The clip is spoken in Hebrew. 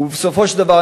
ובסופו של דבר,